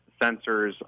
sensors